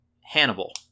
Hannibal